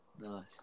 Nice